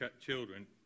children